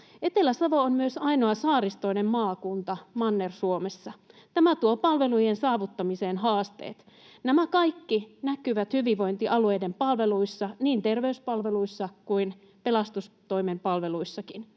Etelä-Savo on myös ainoa saaristoinen maakunta Manner-Suomessa. Tämä tuo palvelujen saavuttamiseen haasteet. Nämä kaikki näkyvät hyvinvointialueiden palveluissa, niin terveyspalveluissa kuin pelastustoimen palveluissakin.